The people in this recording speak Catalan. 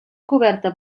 coberta